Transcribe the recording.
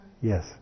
Yes